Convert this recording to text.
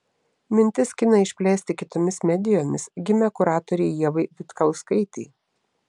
mintis kiną išplėsti kitomis medijomis gimė kuratorei ievai vitkauskaitei